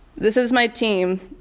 this is my team,